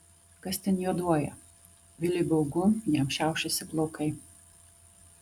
kas ten juoduoja viliui baugu jam šiaušiasi plaukai